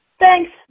Thanks